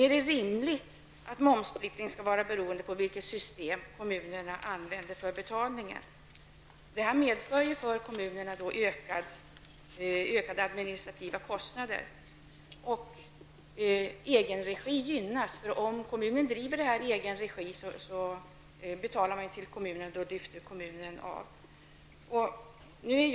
Är det rimligt att momsplikten skall vara beroende på vilket system kommunerna använder för betalning? Det här medför för kommunerna ökade administrativa kostnader. Egen regi gynnas. Om kommunerna driver det i egen regi, betalar man till kommunen, som sedan lyfter av egenavgiften.